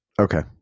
Okay